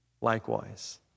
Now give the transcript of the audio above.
likewise